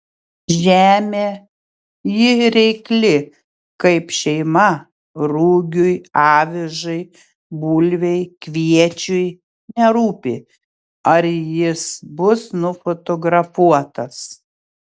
žemė ji reikli kaip šeima rugiui avižai bulvei kviečiui nerūpi ar jis bus nufotografuotas